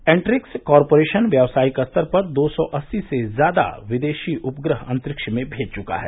Antrix corporation व्यवसायिक स्तर पर दो सौ अस्ती से ज्यादा विदेशी उपग्रह अन्तरिक्ष में भेज चुका है